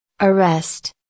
Arrest